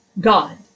God